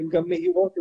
הן גם מהירות יותר.